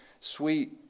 sweet